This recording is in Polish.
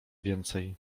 więcej